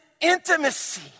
intimacy